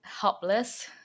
helpless